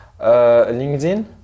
LinkedIn